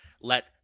Let